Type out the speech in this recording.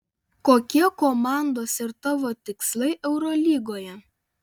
kokie komandos ir tavo tikslai eurolygoje